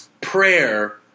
prayer